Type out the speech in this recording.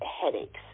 Headaches